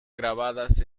grabadas